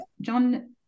John